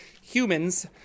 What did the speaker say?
humans